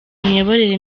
imiyoborere